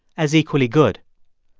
as equally good.